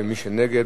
ומי שנגד,